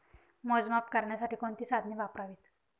मोजमाप करण्यासाठी कोणती साधने वापरावीत?